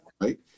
right